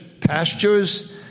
pastures